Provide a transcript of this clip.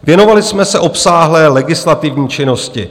Věnovali jsme se obsáhle legislativní činnosti.